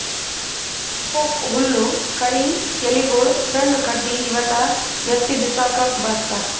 ಹೆಫೋಕ್ ಹುಲ್ಲ್ ಕಳಿ ಎಲಿಗೊಳು ಸಣ್ಣ್ ಕಡ್ಡಿ ಇವೆಲ್ಲಾ ಎತ್ತಿ ಬಿಸಾಕಕ್ಕ್ ಬಳಸ್ತಾರ್